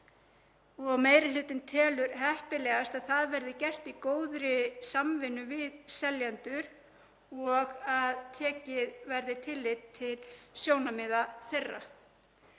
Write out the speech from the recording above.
Meiri hlutinn telur heppilegast að það verði gert í góðri samvinnu við seljendur og að tekið verði tillit til sjónarmiða þeirra.